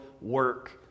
work